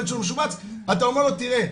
אתה אומר לו תראה,